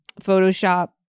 Photoshop